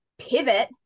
pivot